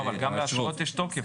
אבל לאשרות יש תוקף.